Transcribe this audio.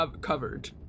covered